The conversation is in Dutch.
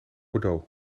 bordeaux